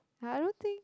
like I don't think